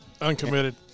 uncommitted